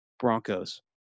Broncos